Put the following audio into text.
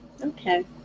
Okay